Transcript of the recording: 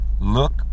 look